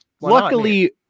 Luckily